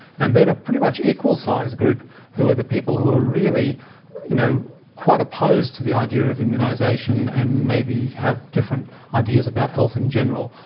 and then a pretty much equal-sized group who are the people who are you know quite opposed to the idea of immunisation and maybe have different ideas about health in general.